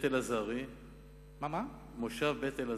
במושב בית-אלעזרי,